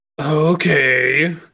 Okay